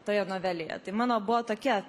toje novelėje tai mano buvo tokia